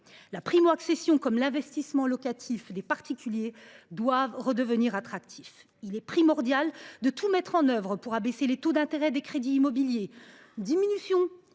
La primo accession et l’investissement locatif des particuliers doivent redevenir attractifs. Il est à ce titre primordial de tout mettre en œuvre pour abaisser les taux d’intérêt des crédits immobiliers. Si